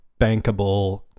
bankable